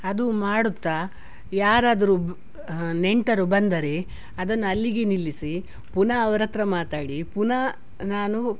ಅದು ಮಾಡುತ್ತ ಯಾರಾದರು ನೆಂಟರು ಬಂದರೆ ಅದನ್ನು ಅಲ್ಲಿಗೆ ನಿಲ್ಲಿಸಿ ಪುನಃ ಅವರತ್ತಿರ ಮಾತಾಡಿ ಪುನಃ ನಾನು